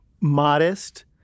modest